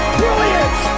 brilliant